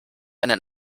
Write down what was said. einen